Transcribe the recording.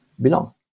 belong